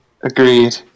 Agreed